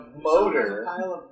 motor